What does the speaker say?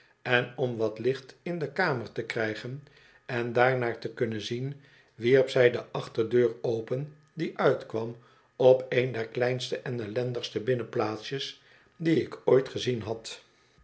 en om wat licht in de kamer te krijgen en daarnaar te kunnen zien wierp zy de achterdeur open die uitkwam op een der kleinste en ellendigste binnenplaatsjes die ik ooit gezien had